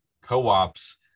co-ops